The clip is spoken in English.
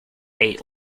ate